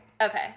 okay